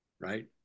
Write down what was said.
right